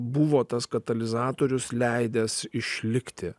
buvo tas katalizatorius leidęs išlikti